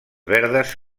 verdes